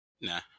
Nah